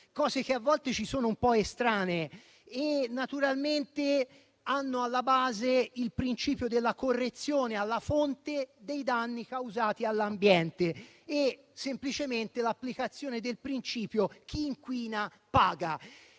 cose che a volte ci sono un po' estranee - e che naturalmente hanno alla base il principio della correzione alla fonte dei danni causati all'ambiente, semplicemente l'applicazione del principio "chi inquina paga".